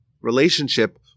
relationship